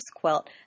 quilt